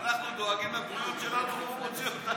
אנחנו דואגים לבריאות שלנו והוא מוציא אותנו.